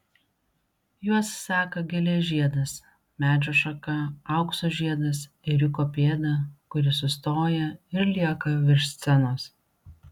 juos seka gėlės žiedas medžio šaka aukso žiedas ėriuko pėda kuri sustoja ir lieka virš scenos